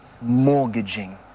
mortgaging